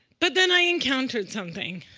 but then i encountered something.